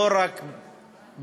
לא רק בשטח,